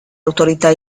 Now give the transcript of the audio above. autorità